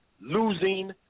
losing